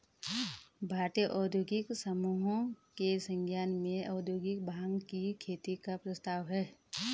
भारतीय औद्योगिक समूहों के संज्ञान में औद्योगिक भाँग की खेती का प्रस्ताव है